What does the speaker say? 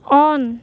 on